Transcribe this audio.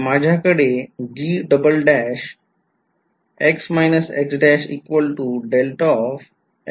तर माझ्याकडे हे आहे